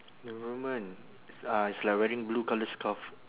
the woman is uh is like wearing blue colour scarf